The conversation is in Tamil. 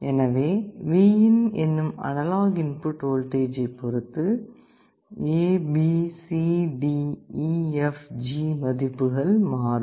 எனவே Vin என்னும் அனலாக் இன்புட் வோல்டேஜை பொருத்து A B C D E F G மதிப்புகள் மாறும்